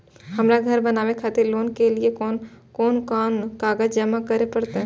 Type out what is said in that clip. हमरा घर बनावे खातिर लोन के लिए कोन कौन कागज जमा करे परते?